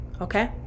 Okay